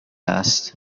است